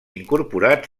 incorporat